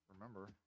remember